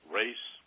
race